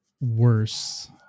worse